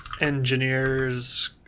engineers